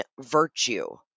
virtue